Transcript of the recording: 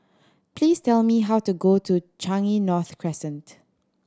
please tell me how to go to Changi North Crescent